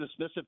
dismissive